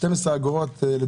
14 אגורות.